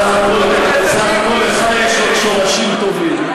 סך הכול לך יש עוד שורשים טובים.